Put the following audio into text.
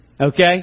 Okay